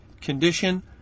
condition